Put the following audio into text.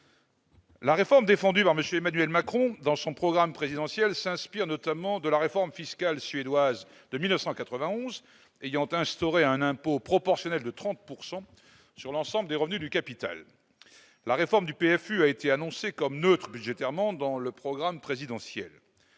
La réforme défendue par Emmanuel Macron dans son programme présidentiel s'inspire notamment de la réforme fiscale suédoise de 1991 ayant instauré un impôt proportionnel de 30 % sur l'ensemble des revenus du capital. « La réforme du PFU [prélèvement forfaitaire unique] a été annoncée comme neutre budgétairement dans le programme présidentiel.